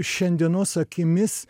šiandienos akimis